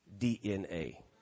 DNA